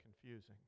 confusing